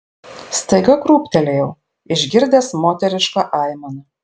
staiga krūptelėjau išgirdęs moterišką aimaną